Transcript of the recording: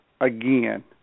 again